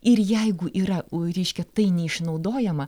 ir jeigu yra reiškia tai neišnaudojama